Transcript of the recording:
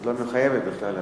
לא מחויבת בכלל להשיב.